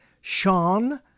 Sean